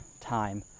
time